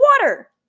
water